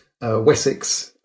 Wessex